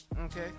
Okay